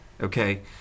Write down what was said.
okay